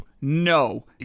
no